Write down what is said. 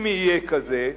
אם יהיה כזה,